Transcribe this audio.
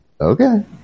Okay